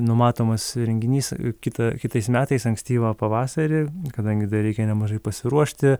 numatomas renginys kitą kitais metais ankstyvą pavasarį kadangi dar reikia nemažai pasiruošti